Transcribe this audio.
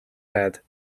had